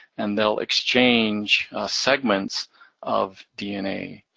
and they'll exchange segments of dna.